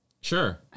Sure